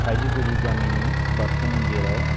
थाइजौगुरि गामिनि बाथौ मन्दिराव